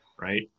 right